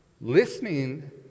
listening